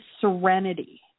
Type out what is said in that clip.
serenity